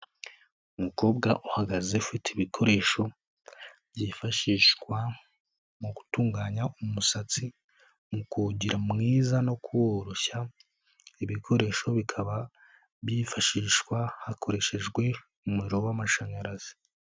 Umukobwa uhagaze ufite ibikoresho byifashishwa mu gutunganya umusatsi, mu kuwugira mwiza no kuworoshya ibikoresho bikaba byifashishwa hakoreshejwe umuriro w'amashanyarazi.